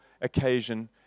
occasion